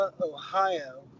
ohio